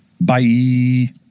bye